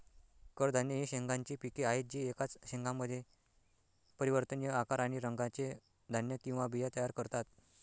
कडधान्ये ही शेंगांची पिके आहेत जी एकाच शेंगामध्ये परिवर्तनीय आकार आणि रंगाचे धान्य किंवा बिया तयार करतात